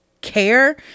care